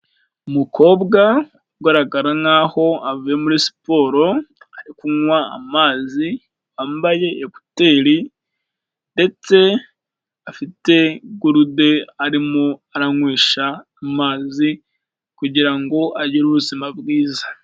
Umukobwa ugaragara nkaho avuye muri siporo, ari kunywa amazi, wambaye ekuteri ndetse afite gurude arimo aranywesha amazi kugira ngo agire ubuzima bwiza.